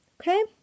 okay